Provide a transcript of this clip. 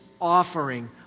offering